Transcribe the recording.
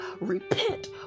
repent